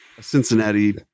Cincinnati